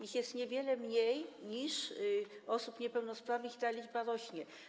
Ich jest niewiele mniej niż osób niepełnosprawnych i ta liczba rośnie.